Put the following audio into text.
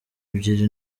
ebyiri